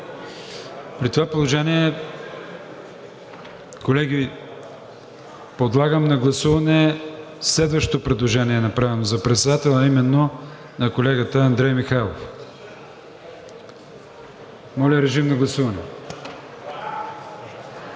При това положение, колеги, подлагам на гласуване следващото предложение, направено за председател, а именно на колегата Андрей Михайлов. Гласували